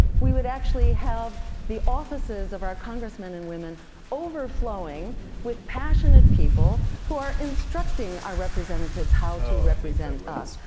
we would actually have the offices of our congressmen and women overflowing with passionate people, who are instructing our representatives how to represent us.